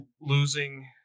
losing